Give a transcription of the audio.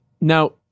Now